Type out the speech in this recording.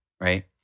right